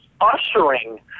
ushering